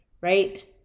right